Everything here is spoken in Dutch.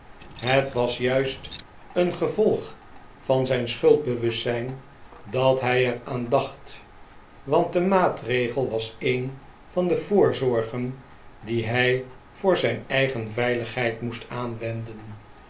het was juist een gevolg van zijn schuldbewustzijn dat hij er aan dacht want de maatregel was een van de voorzorgen die hij voor zijn eigen veiligheid moest aanwenden